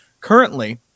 Currently